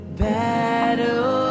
battle